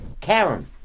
Karen